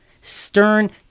Stern